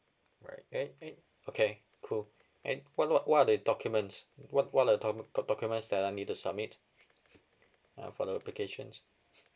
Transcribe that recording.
right eh eh okay cool eh what what what are the documents what what are the docu~ doc~ documents that I need to submit um for the applications